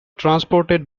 transported